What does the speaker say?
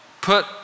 put